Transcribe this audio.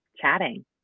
Chatting